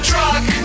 Truck